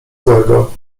złego